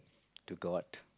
to god